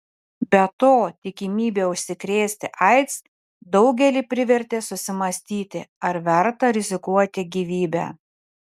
be to tikimybė užsikrėsti aids daugelį privertė susimąstyti ar verta rizikuoti gyvybe